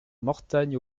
mortagne